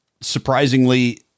surprisingly